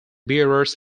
bearers